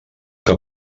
que